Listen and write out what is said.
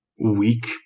weak